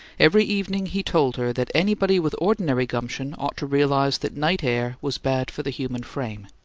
every evening he told her that anybody with ordinary gumption ought to realize that night air was bad for the human frame.